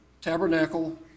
tabernacle